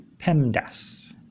PEMDAS